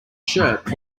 shirt